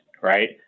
Right